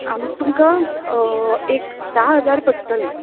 तुमकां एक धा हजार पडटले